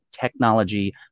technology